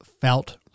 felt